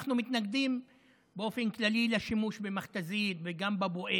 אנחנו מתנגדים באופן כללי לשימוש במכת"זית וגם בבואש.